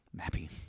Mappy